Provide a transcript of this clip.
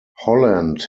holland